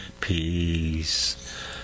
peace